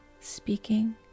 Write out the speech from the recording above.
speaking